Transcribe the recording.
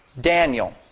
Daniel